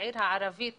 העיר הערבית